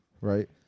right